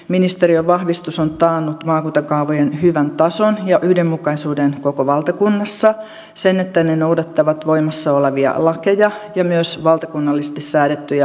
ministeriön vahvistus on taannut maakuntakaavojen hyvän tason ja yhdenmukaisuuden koko valtakunnassa sen että ne noudattavat voimassa olevia lakeja ja myös valtakunnallisesti säädettyjä alueidenkäyttötavoitteita